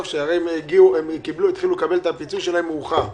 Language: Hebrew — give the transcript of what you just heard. - הן התחילו לקבל את הפיצוי שלהם מאוחר,